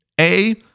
A-